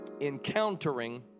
Encountering